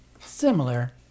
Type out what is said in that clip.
similar